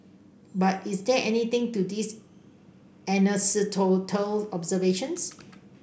but is there anything to these anecdotal observations